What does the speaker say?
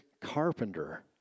carpenter